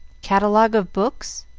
catalogue of books?